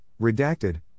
Redacted